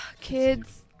kids